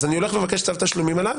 אז אני הולך צו תשלומים עליו